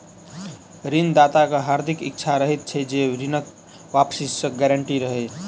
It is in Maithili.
ऋण दाताक हार्दिक इच्छा रहैत छै जे ऋणक वापसीक गारंटी रहय